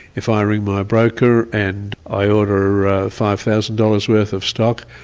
if i ring my broker and i order five thousand dollars worth of stock,